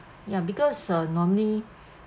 ya because uh normally